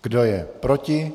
Kdo je proti?